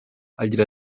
agira